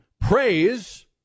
praise